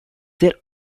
their